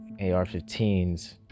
ar-15s